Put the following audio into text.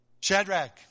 Shadrach